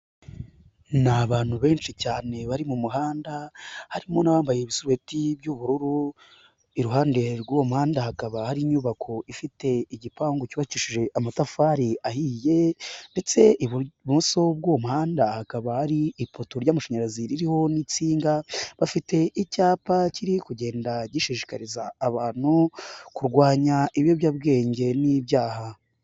Ni abantu benshi cyane bari mu muhanda, harimo n'abambaye ibisurubeti by'ubururu. Iruhande rw'uwo muhanda hakaba hari inyubako ifite igipangu cyubakishije amatafari ahiye ndetse ibumoso bw'umuhanda hakaba hari ipoto ry'amashanyarazi ririho n'insinga. Bafite icyapa kiri kugenda gishishikariza abantu kurwanya ibiyobyabwenge n'ibyaha.